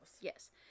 Yes